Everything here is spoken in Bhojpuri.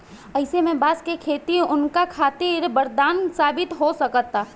अईसे में बांस के खेती उनका खातिर वरदान साबित हो सकता